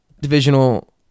divisional